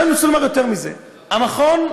אני רוצה לומר יותר מזה: המכון,